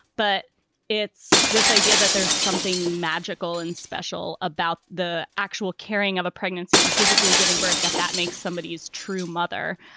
but it's this idea that there's something magical and special about the actual carrying of a pregnancy and physically giving birth. that that makes somebody who's true, mother.